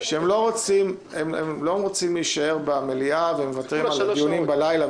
שהם לא רוצים להישאר במליאה ומוותרים על הדיונים בלילה,